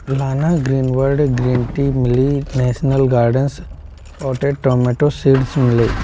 लाना green bird green tea मिली national gardens potted tomato seeds मिले